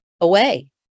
away